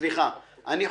סליחה, חברים.